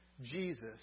Jesus